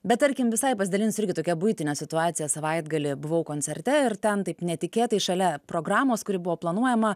bet tarkim visai pasidalinsiu irgi tokia buitine situacija savaitgalį buvau koncerte ir ten taip netikėtai šalia programos kuri buvo planuojama